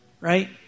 right